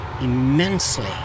immensely